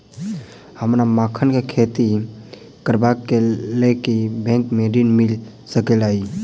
हमरा मखान केँ खेती करबाक केँ लेल की बैंक मै ऋण मिल सकैत अई?